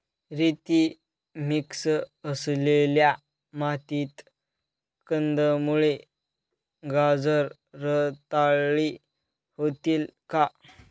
रेती मिक्स असलेल्या मातीत कंदमुळे, गाजर रताळी होतील का?